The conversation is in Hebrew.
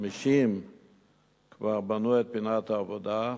50 כבר בנו את פינות העבודה.